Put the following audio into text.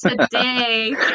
today